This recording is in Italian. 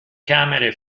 camere